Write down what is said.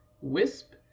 Wisp